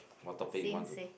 what topic you want to